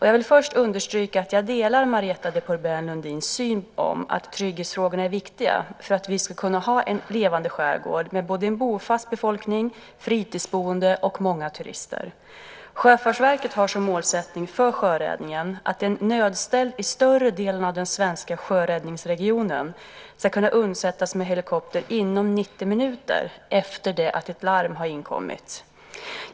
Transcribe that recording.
Jag vill först understryka att jag delar Marietta de Pourbaix-Lundins syn att trygghetsfrågorna är viktiga för att vi ska kunna ha en levande skärgård med både en bofast befolkning, fritidsboende och många turister. Sjöfartsverket har som målsättning för sjöräddningen att en nödställd i större delen av den svenska sjöräddningsregionen ska kunna undsättas med helikopter inom 90 minuter efter det att ett larm har inkommit.